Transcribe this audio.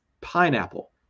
pineapple